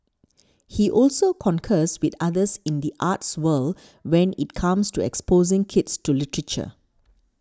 he also concurs with others in the arts world when it comes to exposing kids to literature